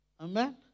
Amen